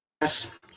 Yes